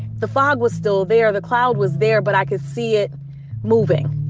the fog was still there. the cloud was there, but i could see it moving